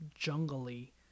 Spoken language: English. jungly